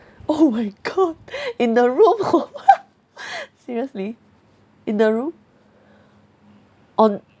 oh my god in the room hor seriously in the room on